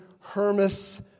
Hermas